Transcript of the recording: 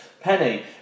Penny